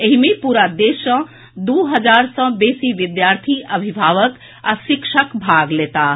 एहि मे पूरा देश सँ दू हजार सँ बेसी विद्यार्थी अभिभावक आ शिक्षक भाग लेताह